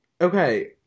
Okay